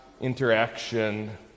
interaction